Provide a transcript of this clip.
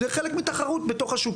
זה חלק מתחרות בתוך השוק,